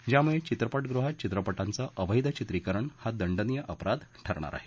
ज्यामुळे चित्रपटगृहात चित्रपटांचं अवध्यचित्रिकरण हा दंडनीय अपराध ठरणार हे